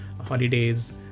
holidays